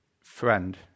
friend